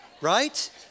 right